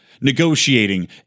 negotiating